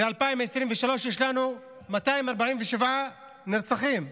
ב-2023 יש לנו 247 נרצחים.